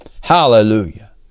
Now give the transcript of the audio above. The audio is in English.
Hallelujah